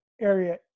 area